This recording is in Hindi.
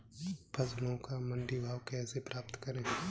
फसलों का मंडी भाव कैसे पता करें?